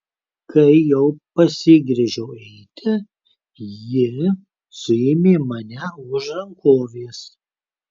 kai jau pasigręžiau eiti ji suėmė mane už rankovės